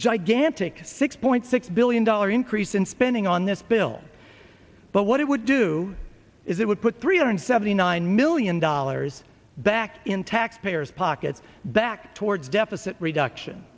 gigantic six point six billion dollars increase in spending on this bill but what it would do is it would put three hundred seventy nine million dollars back in taxpayers pockets back towards deficit reduction